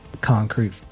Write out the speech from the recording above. concrete